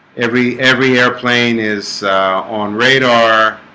every every airplane is on radar